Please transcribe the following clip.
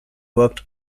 worked